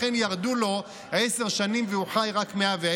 לכן ירדו לו עשר שנים, והוא חי רק 110